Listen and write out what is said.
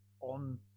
on